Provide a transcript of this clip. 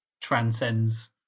transcends